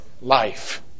life